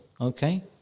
okay